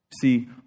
See